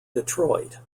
detroit